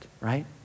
right